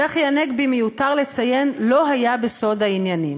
צחי הנגבי, מיותר לציין, לא היה בסוד העניינים.